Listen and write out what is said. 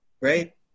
right